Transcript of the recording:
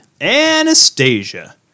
Anastasia